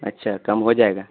اچھا کم ہوجائے گا